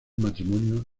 matrimonio